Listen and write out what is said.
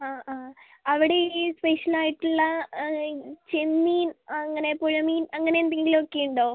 അ അ അവിടെ ഈ സ്പെഷ്യലായിട്ടുള്ള ചെമ്മീൻ അങ്ങനെ പുഴമീൻ അങ്ങനെന്തെങ്കിലൊക്കെയുണ്ടോ